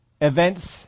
Events